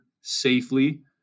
safely